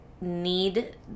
need